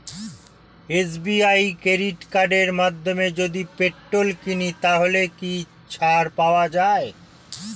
SBI credit কার্ডের মাধ্যমে যদি পেট্রোল কিনি তাহলে কি ছাড় পাওয়া যায়?